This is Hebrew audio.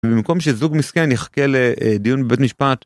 במקום שזוג מסכן יחכה לדיון בבית משפט